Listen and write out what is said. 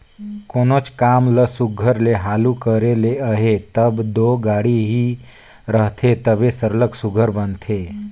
कोनोच काम ल सुग्घर ले हालु करे ले अहे तब दो गाड़ी ही रहथे तबे सरलग सुघर बनथे